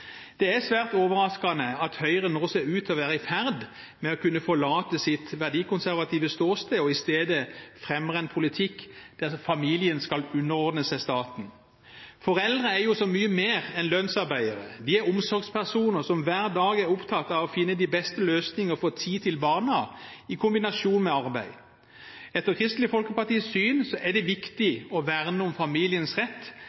Det er svært overraskende at Høyre nå ser ut til å være i ferd med å kunne forlate sitt verdikonservative ståsted og i stedet fremmer en politikk der familien skal underordne seg staten. Foreldre er jo så mye mer enn lønnsarbeidere; de er omsorgspersoner som hver dag er opptatt av å finne de beste løsninger og få tid til barna, i kombinasjon med arbeid. Etter Kristelig Folkepartis syn er det viktig å verne om familiens rett